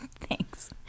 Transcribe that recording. thanks